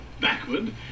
backward